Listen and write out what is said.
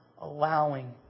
allowing